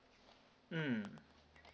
mm